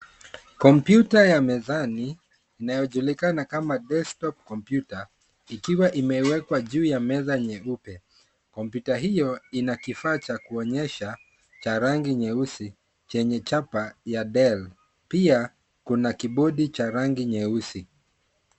Kompyuta ya mezani inayojulikana kama desktop computer . Ikiwa imewekwa juu ya meza nyeupe. Kompyuta hiyo ina kifaa cha kuonyesha cha rangi nyeusi, chenye chapa ya Dell pia kuna Kibodi cha rangi nyeusi.